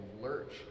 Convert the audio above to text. lurch